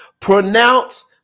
pronounce